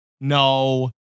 No